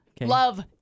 Love